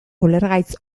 ulergaitz